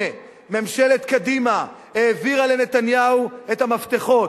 ממשלת קדימה העבירה לנתניהו את המפתחות.